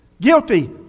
Guilty